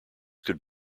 could